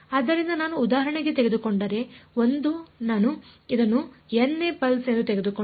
ಆದ್ದರಿಂದ ನಾನು ಉದಾಹರಣೆಗೆ ತೆಗೆದುಕೊಂಡರೆ 1 ನಾನು ಇದನ್ನು n ನೇ ಪಲ್ಸ್ ಎಂದು ತೆಗೆದುಕೊಂಡರೆ